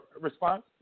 response